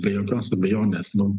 be jokios abejonės nu